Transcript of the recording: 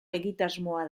egitasmoa